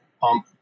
Pump